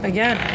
Again